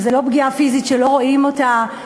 שזה לא פגיעה פיזית שרואים אותה,